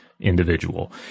individual